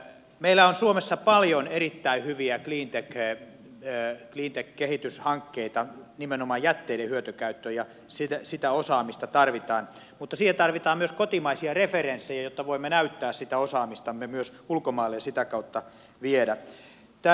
meillä on suomessa paljon erittäin hyviä cleantech kehityshankkeita nimenomaan jätteiden hyötykäyttöön ja sitä osaamista tarvitaan mutta siihen tarvitaan myös kotimaisia referenssejä jotta voimme näyttää sitä osaamistamme myös ulkomaille ja sitä kautta viedä